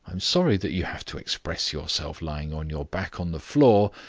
i'm sorry that you have to express yourself lying on your back on the floor,